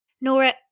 Nora